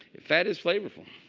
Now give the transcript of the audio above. fat is flavorful.